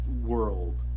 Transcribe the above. world